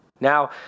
Now